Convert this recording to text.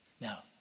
Now